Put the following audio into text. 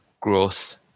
growth